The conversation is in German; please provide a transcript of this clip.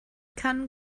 kann